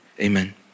Amen